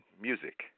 music